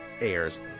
airs